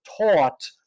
taught